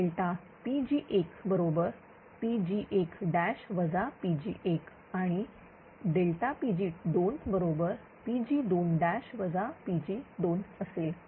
Pg1 बरोबरPg1 Pg1 आणि Pg2 बरोबरPg2 Pg2 असेल